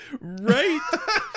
right